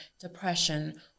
depression